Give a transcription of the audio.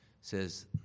says